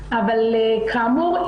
אבל כאמור,